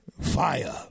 Fire